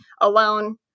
alone